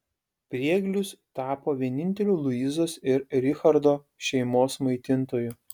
prieglius tapo vieninteliu luizos ir richardo šeimos maitintoju